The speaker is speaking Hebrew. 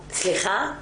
סליחה?